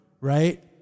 right